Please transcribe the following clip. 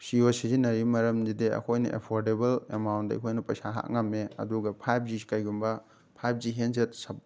ꯖꯤꯌꯣ ꯁꯤꯖꯤꯟꯅꯔꯤ ꯃꯔꯝꯁꯤꯗꯤ ꯑꯩꯈꯣꯏꯅ ꯑꯦꯐꯣꯔꯗꯦꯕꯜ ꯑꯦꯃꯥꯎꯟꯗ ꯑꯩꯈꯣꯏꯅ ꯄꯩꯁꯥ ꯍꯥꯞꯄ ꯉꯝꯃꯦ ꯑꯗꯨꯒ ꯐꯥꯏꯚ ꯖꯤ ꯀꯩꯒꯨꯝꯕ ꯐꯥꯏꯚ ꯖꯤ ꯍꯦꯟꯁꯦꯠ ꯁꯕ